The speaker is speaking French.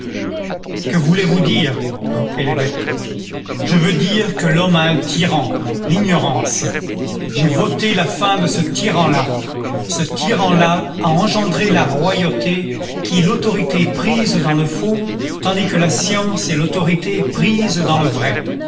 que voulez-vous dire reprit l'évêque je veux dire que l'homme a un tyran l'ignorance j'ai voté la fin de ce tyran là ce tyran là a engendré la royauté qui est l'autorité prise dans le faux tandis que la science est l'autorité prise dans le vrai